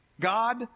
God